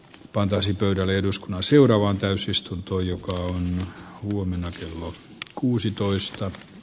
pantaisiin pöydälle eduskunnan seuraavan täysistunto joka on huomenna kello kuusitoista